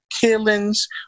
killings